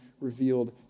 revealed